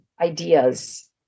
ideas